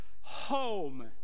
home